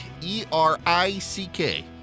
E-R-I-C-K